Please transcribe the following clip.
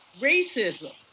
racism